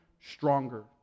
stronger